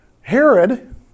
Herod